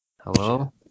Hello